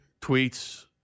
tweets